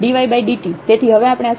તેથી હવે આપણે આ સૂત્ર તારાવશું